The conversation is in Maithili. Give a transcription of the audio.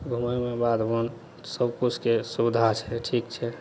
घुमैमे बाधबोन सबकिछुके सुविधा छै ठीक छै